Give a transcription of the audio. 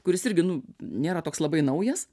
kuris irgi nu nėra toks labai naujas